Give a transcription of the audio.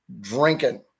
Drinking